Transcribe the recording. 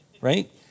Right